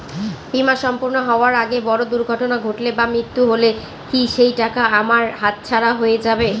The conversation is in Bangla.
বীমা সম্পূর্ণ হওয়ার আগে বড় দুর্ঘটনা ঘটলে বা মৃত্যু হলে কি সেইটাকা আমার হাতছাড়া হয়ে যাবে?